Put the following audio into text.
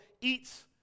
eats